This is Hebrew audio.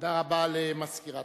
הודעה למזכירת